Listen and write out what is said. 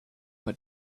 had